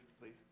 please